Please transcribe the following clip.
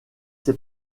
ses